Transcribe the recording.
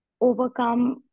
overcome